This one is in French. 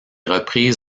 reprises